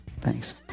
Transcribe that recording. thanks